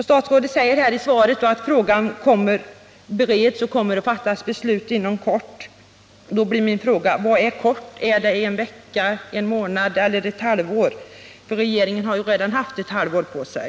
Statsrådet säger i svaret att frågan bereds och att beslut kommer att fattas inom kort. Då blir min fråga: Vad är ”kort”? Är det en vecka, en månad eller ett halvår? Regeringen har ju redan haft ett halvår på sig.